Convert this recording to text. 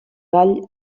gall